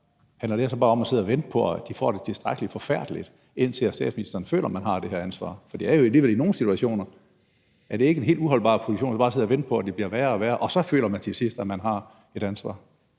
det her så bare om at sidde og vente på, at de får det tilstrækkelig forfærdeligt, indtil statsministeren føler, at man har det her ansvar? For det er jo alligevel i nogle situationer. Er det ikke en helt uholdbar position bare at sidde og vente på, at det bliver værre og værre, og så føler man til sidst, at man har et ansvar?